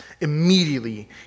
Immediately